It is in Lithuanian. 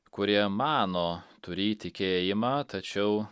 kurie mano turį tikėjimą tačiau